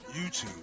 YouTube